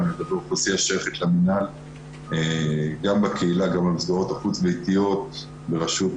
לגבי אוכלוסייה בקהילה ובמסגרות החוץ ביתיות בנושא